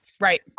Right